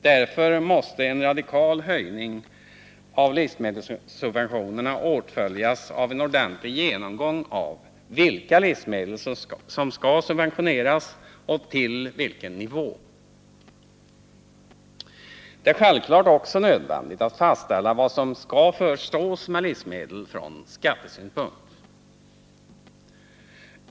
Därför måste en radikal höjning av livsmedelssubventionerna åtföljas av en ordentlig genomgång av vilka livsmedel som skall subventioneras och till vilken nivå. Det är självklart också nödvändigt att fastställa vad som från skattesynpunkt skall förstås med livsmedel.